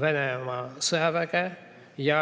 Venemaa sõjaväge ja